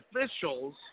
officials